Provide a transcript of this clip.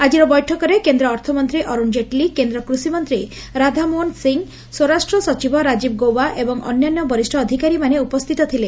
ଆଳିର ବୈଠକରେ କେନ୍ଦ୍ ଅର୍ଥମନ୍ତୀ ଅରୁଶ ଜେଟ୍ଲୀ କେନ୍ଦ କୃଷିମନ୍ତୀ ରାଧାମୋହନ ସିଂ ସ୍ୱରାଷ୍ଟ ସଚିବ ରାଜୀବ ଗୌବା ଏବଂ ଅନ୍ୟାନ୍ୟ ବରିଷ ଅଧିକାରୀମାନେ ଉପସ୍ତିତ ଥିଲେ